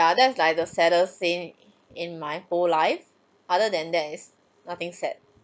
ya that's like the saddest thing in my whole life other than that it's nothing sad